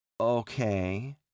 Okay